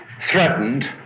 threatened